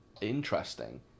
interesting